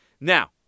Now